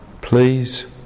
Please